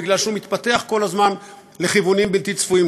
בגלל שהוא מתפתח כל הזמן לכיוונים בלתי צפויים.